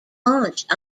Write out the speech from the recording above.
launched